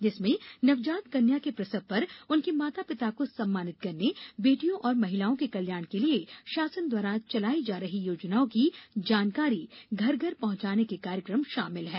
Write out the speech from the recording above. जिनमें नवजात कन्या के प्रसव पर उनके माता पिता को सम्मानित करने बेटियों और महिलाओं के कल्याण के लिये शासन द्वारा चलाई जा रही योजनाओं की जानकारी घर घर तक पहुंचाने के कार्यक्रम शामिल हैं